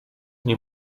nie